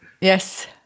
Yes